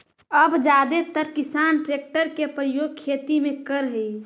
अब जादेतर किसान ट्रेक्टर के प्रयोग खेती में करऽ हई